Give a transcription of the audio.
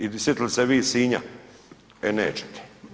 I sjetili se vi Sinja, e nećete.